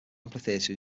amphitheater